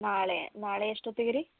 ನಾಳೆ ನಾಳೆ ಎಷ್ಟೊತ್ತಿಗೆ ರೀ